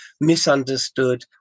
misunderstood